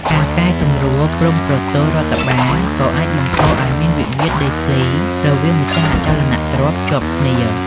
ការកែសម្រួលព្រំប្រទល់រដ្ឋបាល ក៏អាចបង្កឱ្យមានវិវាទដីធ្លីរវាងម្ចាស់អចលនទ្រព្យជាប់គ្នា។